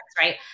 right